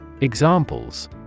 Examples